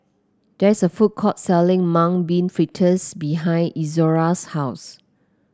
there is a food court selling Mung Bean Fritters behind Izora's house